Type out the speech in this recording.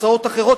הוצאות אחרות,